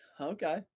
Okay